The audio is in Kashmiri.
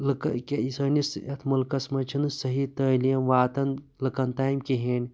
لوکہ سٲنِس یتھ مُلکَس منٛز چھنہٕ سہی تعلیم واتَن لُکن تانۍ کِہینۍ